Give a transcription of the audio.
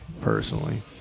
Personally